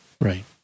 Right